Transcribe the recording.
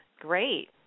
Great